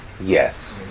Yes